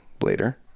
later